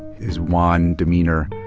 his wan demeanor.